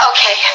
Okay